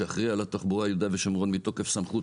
כשאחראי על התחבורה של יהודה ושומרון מתוקף סמכות,